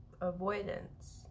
Avoidance